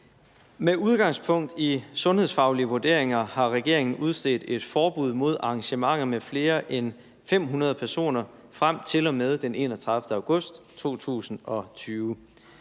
Med udgangspunkt i sundhedsfaglige vurderinger har regeringen udstedt et forbud mod arrangementer med flere end 500 personer frem til og med den 31. august 2020.